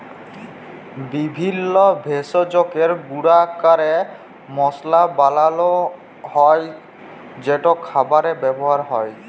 বিভিল্য ভেষজকে গুঁড়া ক্যরে মশলা বানালো হ্যয় যেট খাবারে ব্যাবহার হ্যয়